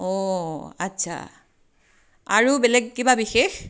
অঁ আচ্ছা আৰু বেলেগ কিবা বিশেষ